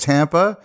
Tampa